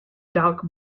dark